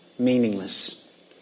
meaningless